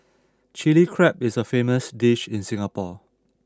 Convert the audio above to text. Chilli Crab is a famous dish in Singapore